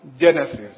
Genesis